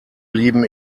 blieben